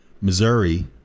Missouri